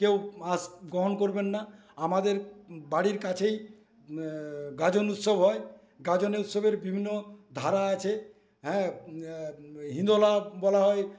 কেউ আঁশ গ্রহণ করবেন না আমাদের বাড়ির কাছেই গাজন উৎসব হয় গাজনে উৎসবের বিভিন্ন ধারা আছে হ্যাঁ হিন্দোলা বলা হয়